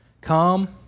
Come